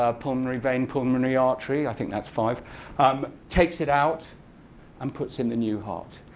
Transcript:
ah pulmonary vein, pulmonary artery. i think that's five um takes it out and puts in new heart.